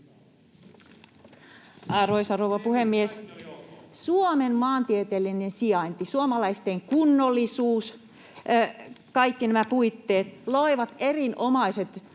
Arvoisa rouva puhemies! Suomen maantieteellinen sijainti, suomalaisten kunnollisuus, kaikki nämä puitteet loivat erinomaiset